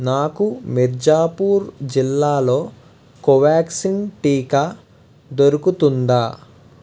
నాకు మిర్జాపూర్ జిల్లాలో కోవాక్సిన్ టీకా దొరుకుతుందా